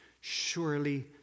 Surely